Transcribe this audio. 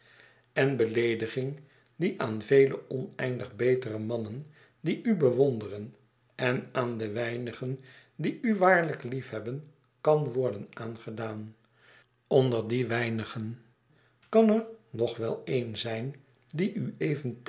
en beleediging die aan vele oneindig betere mannen die u bewonderen en aan de wemigen die u waarlijk liefhebben kan worden aangedaan onder die weinigen kan er nog wel een zijn die u even